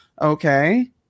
okay